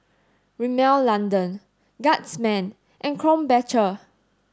Rimmel London Guardsman and Krombacher